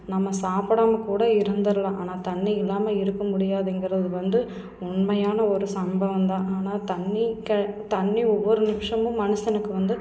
நம்ம சாப்பிடாம கூட இருந்துடலாம் ஆனால் தண்ணி இல்லாமல் இருக்க முடியாதுங்கிறது வந்து உண்மையான ஒரு சம்பவம் தான் ஆனால் தண்ணி கெ தண்ணி ஒவ்வொரு நிமிஷமும் மனுஷனுக்கு வந்து